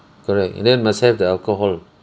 correct and then must have the alcohol